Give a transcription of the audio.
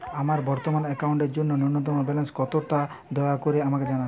আমার বর্তমান অ্যাকাউন্টের জন্য ন্যূনতম ব্যালেন্স কত তা দয়া করে আমাকে জানান